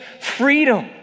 freedom